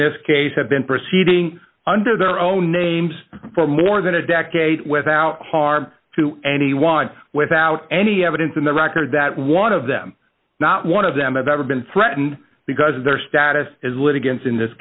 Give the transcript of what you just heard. this case have been proceeding under their own names for more than a decade without harm to anyone without any evidence in the record that one of them not one of them have ever been threatened because their status as litigants in this